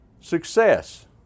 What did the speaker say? success